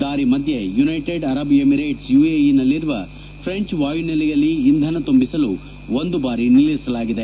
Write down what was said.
ದಾರಿ ಮಧ್ಯೆ United Arab Emirates ಯುಎಇಯಲ್ಲಿರುವ ಫ್ರೆಂಚ್ ವಾಯುನೆಲೆಯಲ್ಲಿ ಇಂಧನ ತುಂಬಿಸಲು ಒಂದು ಬಾರಿ ನಿಲ್ಲಿಸಲಾಗಿದೆ